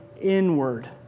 inward